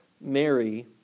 Mary